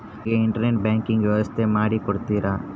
ನನಗೆ internet banking ವ್ಯವಸ್ಥೆ ಮಾಡಿ ಕೊಡ್ತೇರಾ?